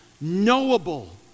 knowable